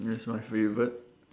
is my favorite